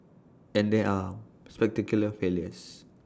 and there are spectacular failures